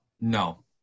No